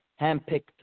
handpicked